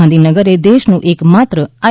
ગાંધીનગર એ દેશનું એકમાત્ર આઇ